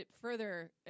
further